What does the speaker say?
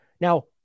Now